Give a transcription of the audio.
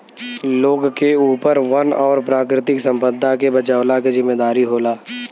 लोग के ऊपर वन और प्राकृतिक संपदा के बचवला के जिम्मेदारी होला